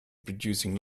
producing